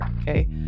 okay